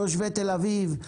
תושבי תל אביב?